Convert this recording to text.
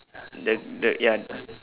the the ya